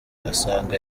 asanga